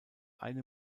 eine